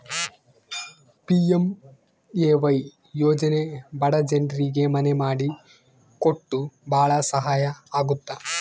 PMAY ಯೋಜನೆ ಬಡ ಜನ್ರಿಗೆ ಮನೆ ಮಾಡಿ ಕೊಟ್ಟು ಭಾಳ ಸಹಾಯ ಆಗುತ್ತ